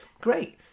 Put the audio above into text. great